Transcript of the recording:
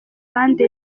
bande